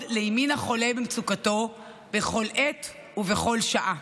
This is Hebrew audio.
לימין החולה במצוקתו בכל עת ובכל שעה",